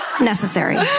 necessary